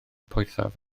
poethaf